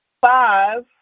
Five